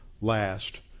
last